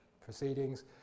proceedings